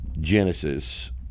genesis